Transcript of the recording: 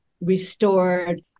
restored